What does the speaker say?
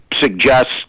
suggests